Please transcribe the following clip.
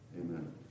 Amen